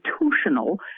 institutional